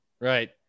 right